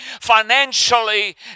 financially